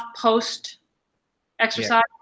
post-exercise